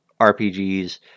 RPGs